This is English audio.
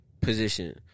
position